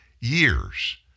years